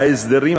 ההסדרים,